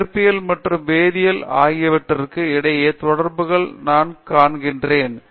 இயற்பியல் மற்றும் வேதியியல் ஆகியவற்றிற்கும் இடையே தொடர்புகளை நான் காண்கிறேன்